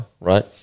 right